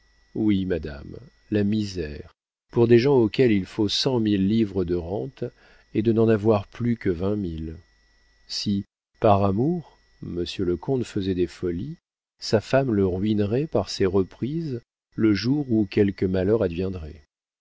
oui madame la misère pour des gens auxquels il faut cent mille livres de rentes est de n'en avoir plus que vingt mille si par amour monsieur le comte faisait des folies sa femme le ruinerait par ses reprises le jour où quelque malheur